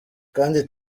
kandi